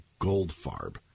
Goldfarb